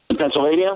Pennsylvania